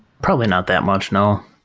probably not that much. no.